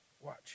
Watch